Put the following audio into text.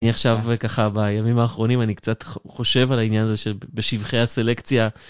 אני עכשיו ככה בימים האחרונים אני קצת חושב על העניין הזה שבשבחי הסלקציה